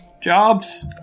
Jobs